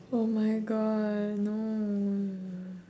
oh my god no